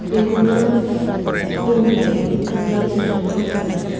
बेखौनो बुंनायनि गेजेरजों फोरमायबाय